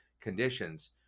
conditions